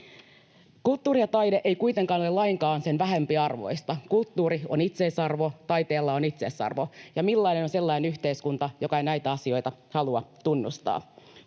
Kulttuuri ja taide ei kuitenkaan ole lainkaan sen vähempiarvoista. Kulttuurilla on itseisarvo, taiteella on itseisarvo, ja millainen on sellainen yhteiskunta, joka ei näitä asioita halua tunnustaa?